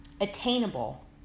attainable